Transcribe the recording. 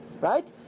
Right